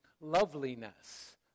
loveliness